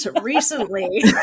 recently